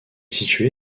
situé